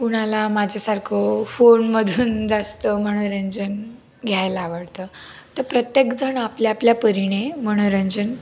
कुणाला माझ्यासारखं फोनमधून जास्त मनोरंजन घ्यायला आवडतं तर प्रत्येकजण आपल्या आपल्या परीने मनोरंजन